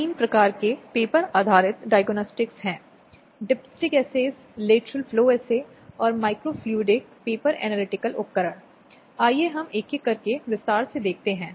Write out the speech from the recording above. अब एक पूर्व पक्षीय आदेश का मतलब एक ऐसा आदेश है जो विवाद के लिए दूसरे पक्ष की अनुपस्थिति में पारित किया जाता है